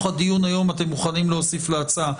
הדיון היום אתם מוכנים להוסיף להצעה.